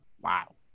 Wow